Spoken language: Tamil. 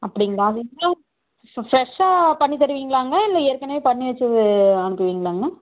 அப்படிங்களா இப்போ ஃப்ரெஷ்ஷாக பண்ணி தருவிங்களாங்க இல்லை ஏற்கனவே பண்ணி வச்சதை அனுப்புவிங்களாங்க